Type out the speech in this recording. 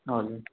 हजुर